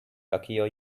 luckier